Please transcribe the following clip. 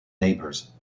neighbours